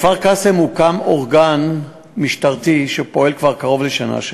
בכפר-קאסם הוקם אורגן משטרתי שפועל שם כבר קרוב לשנה,